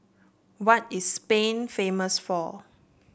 what is Spain famous for